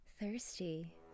thirsty